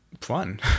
fun